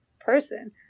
person